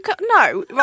no